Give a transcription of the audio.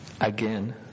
Again